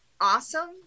awesome